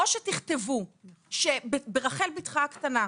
או שתכתבו ברחל בתך הקטנה,